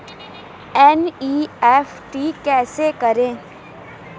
NEFT कैसे करें?